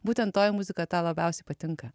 būtent toji muzika tau labiausiai patinka